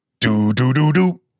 do-do-do-do